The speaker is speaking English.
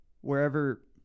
wherever